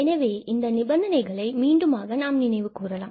எனவே இந்த நிபந்தனைகளை மீண்டுமாக நாம் நினைவு கூறலாம்